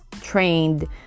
trained